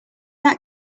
that